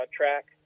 track